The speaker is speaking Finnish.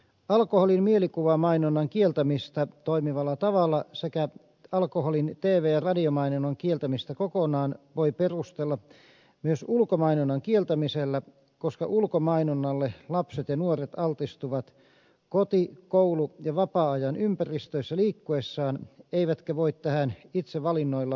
alkoholin mielikuvamainonnan kieltämistä toimivalla tavalla sekä alkoholin tv ja radiomainonnan kieltämistä kokonaan voi perustella myös ulkomainonnan kieltämisellä koska ulkomainonnalle lapset ja nuoret altistuvat koti koulu ja vapaa ajan ympäristöissä liikkuessaan eivätkä voi tähän itse valinnoillaan vaikuttaa